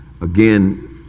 again